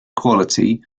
quality